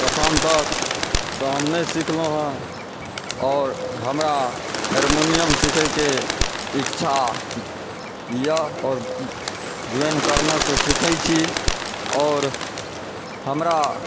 एखन तक तऽ हम नहि सिखलहुँ हँ आओर हमरा हारमोनियम सिखैकेँ इच्छा यऽ आओर ज्वाइन करनेसँ सिखै छी आओर हमरा